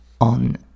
On